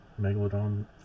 megalodon